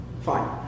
Fine